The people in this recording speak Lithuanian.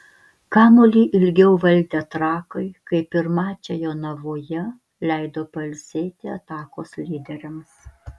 kamuolį ilgiau valdę trakai kaip ir mače jonavoje leido pailsėti atakos lyderiams